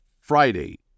Friday